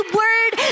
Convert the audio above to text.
word